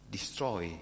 Destroy